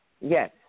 Yes